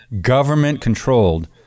government-controlled